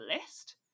list